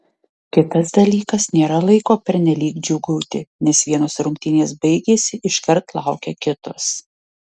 kitas dalykas nėra laiko pernelyg džiūgauti nes vienos rungtynės baigėsi iškart laukia kitos